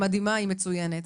מדהימה ומצוינת,